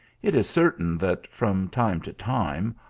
it is certain that, from time to time,